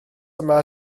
yma